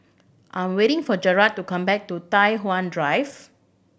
I'm waiting for Jarrad to come back to Tai Hwan Drive